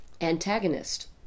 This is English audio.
antagonist